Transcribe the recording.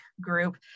group